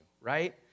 right